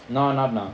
no not now